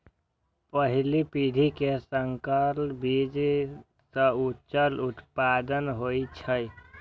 पहिल पीढ़ी के संकर बीज सं उच्च उत्पादन होइ छै